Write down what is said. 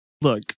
Look